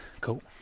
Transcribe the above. Cool